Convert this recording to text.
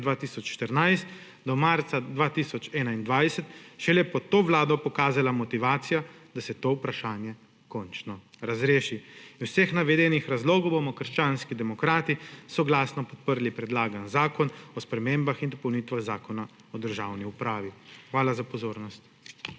2014 do marca 2021 šele pod to vlado pokazala motivacija, da se to vprašanje končno razreši. Iz vseh navedenih razlogov bomo krščanski demokrati sočasno podprli predlagani Predlog zakona o spremembah in dopolnitvah Zakona o državni upravi. Hvala za pozornost.